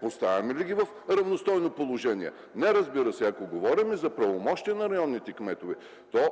Поставяме ли ги в равностойно положение? Не, разбира се. Ако говорим за правомощия на районните кметове,